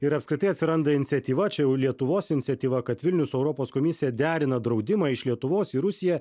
ir apskritai atsiranda iniciatyva čia jau lietuvos iniciatyva kad vilnius europos komisija derina draudimą iš lietuvos į rusiją